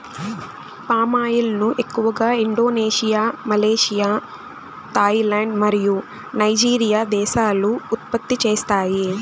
palm oil ను ఎక్కువగా Indonesia, Malaysia, Thailand మరియు నైజీరియా దేశాలు ఉత్పత్తి చేస్తాయి